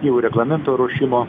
jau reglamento ruošimo